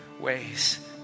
ways